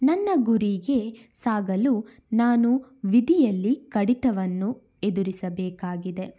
ನನ್ನ ಗುರಿಗೆ ಸಾಗಲು ನಾನು ವಿಧಿಯಲ್ಲಿ ಕಡಿತವನ್ನು ಎದುರಿಸಬೇಕಾಗಿದೆ